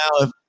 now